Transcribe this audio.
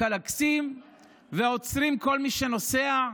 קלגסים ועוצרים כל מי שנוסע,